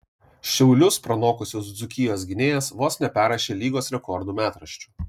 šiaulius pranokusios dzūkijos gynėjas vos neperrašė lygos rekordų metraščių